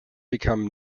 become